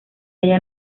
halla